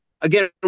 again